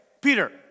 Peter